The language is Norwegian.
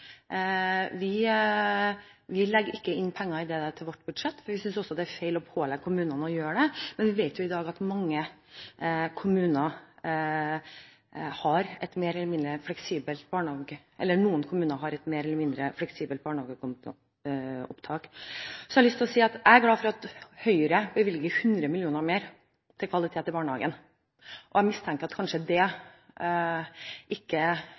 vi ønsker at det legges til rette for dette i kommuner der det er mulig. Vi legger ikke inn penger til det i vårt budsjett. Vi synes også det er feil å pålegge kommunene å gjøre det. Men vi vet i dag at noen kommuner har et mer eller mindre fleksibelt barnehageopptak. Så har jeg lyst til å si at jeg er glad for at Høyre bevilger 100 mill. kr mer til kvalitet i barnehagen. Jeg mistenker at det kanskje ikke